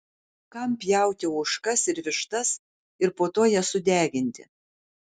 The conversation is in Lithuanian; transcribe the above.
kam pjauti ožkas ir vištas ir po to jas sudeginti